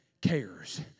cares